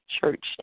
church